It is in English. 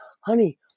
honey